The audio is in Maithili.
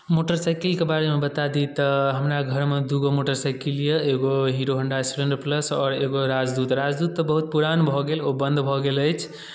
मोटरसाइकिलके बारेमे बता दी तऽ हमरा घरमे दू गो मोटरसाइकिल यए एगो हीरो होंडा स्प्लेंडर प्लस आओर एगो राजदूत राजदूत तऽ बहुत पुरान भऽ गेल ओ बन्द भऽ गेल अछि